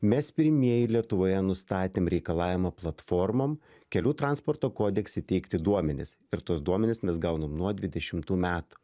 mes pirmieji lietuvoje nustatėm reikalavimą platformom kelių transporto kodekse teikti duomenis ir tuos duomenis mes gaunam nuo dvidešimtų metų